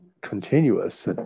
continuous